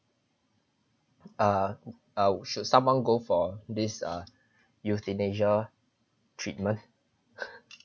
uh uh should someone go for this err euthanasia treatment